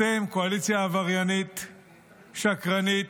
אתם קואליציה עבריינית, שקרנית,